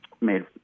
made